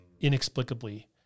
inexplicably